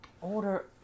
Order